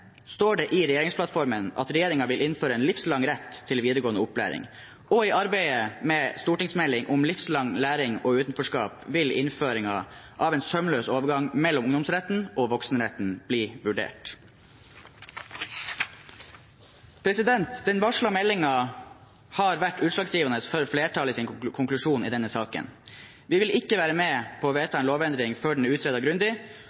står det i regjeringsplattformen at regjeringen vil innføre en «livslang rett til videregående opplæring», og i arbeidet med stortingsmeldingen om livslang læring og utenforskap vil innføringen av en sømløs overgang mellom ungdomsretten og voksenretten bli vurdert. Den varslede meldingen har vært utslagsgivende for flertallets konklusjon i denne saken. Vi vil ikke være med på å vedta en lovendring før den er utredet grundig,